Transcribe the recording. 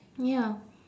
ya